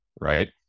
right